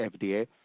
FDA